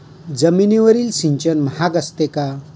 जमिनीवरील सिंचन महाग असते का?